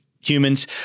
humans